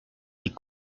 des